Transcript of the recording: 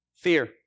Fear